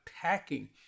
attacking